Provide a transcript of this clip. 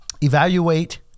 evaluate